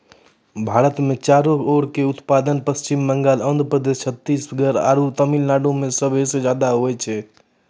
भारत मे चाउरो के उत्पादन पश्चिम बंगाल, आंध्र प्रदेश, छत्तीसगढ़ आरु तमिलनाडु मे सभे से ज्यादा होय छै